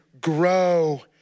grow